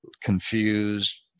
confused